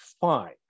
fine